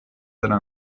della